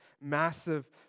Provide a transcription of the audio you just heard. massive